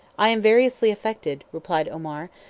i am variously affected, replied omar,